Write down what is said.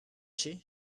she